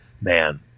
Man